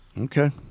Okay